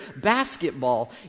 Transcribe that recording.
basketball